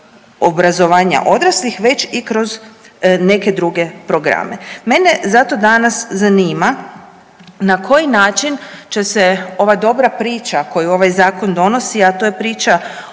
obrazovanja odraslih već i kroz neke druge programe. Mene zato danas zanima na koji način će se ova dobra priča koju ovaj zakon donosi, a to je priča